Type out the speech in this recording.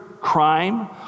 crime